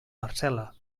parcel·la